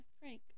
Frank